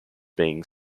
being